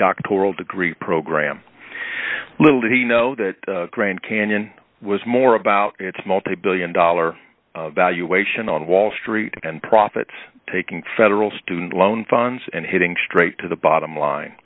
doctoral degree program little did he know that grand canyon was more about its multibillion dollar valuation on wall street and profits taking federal student loan funds and hitting straight to the bottom line